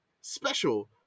special